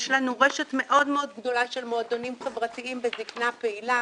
יש לנו רשת מאוד מאוד גדולה של מועדונים חברתיים בזקנה פעילה,